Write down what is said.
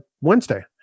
Wednesday